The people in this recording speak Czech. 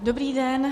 Dobrý den.